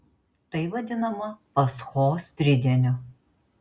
tai vadinama paschos tridieniu